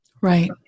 Right